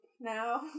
now